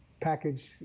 package